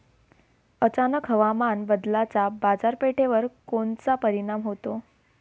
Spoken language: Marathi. अचानक हवामान बदलाचा बाजारपेठेवर कोनचा परिणाम होतो?